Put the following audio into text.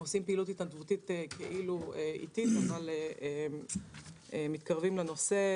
הם עושים פעילות התנדבותית כאילו עתית אבל מתקרבים לנושא.